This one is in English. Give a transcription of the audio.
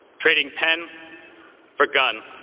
trading pen for gun.